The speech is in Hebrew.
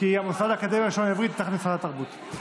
כי מוסד האקדמיה ללשון העברית הוא תחת משרד התרבות.